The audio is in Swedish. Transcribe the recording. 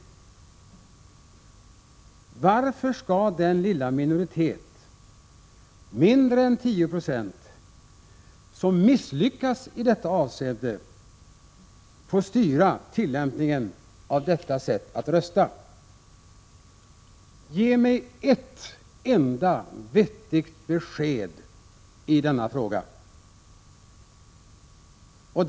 Varför skall den lilla minoritet — mindre än 10 Jo — som misslyckas i detta avseende få styra tillämpningen av detta sätt att rösta? Ge mig ett enda vettigt besked i denna fråga!